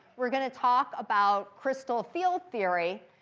we're going to talk about crystal field theory.